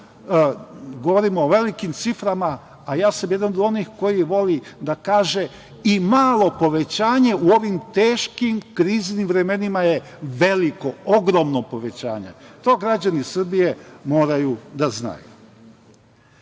govorimo o velikim ciframa, a ja sam jedan od onih koji voli da kaže i malo povećanje u ovim teškim kriznim vremenima je veliko, ogromno povećanje. To građani Srbije moraju da znaju. Znate,